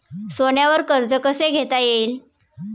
सोन्यावर कर्ज कसे घेता येईल?